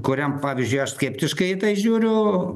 kuriam pavyzdžiui aš skeptiškai žiūriu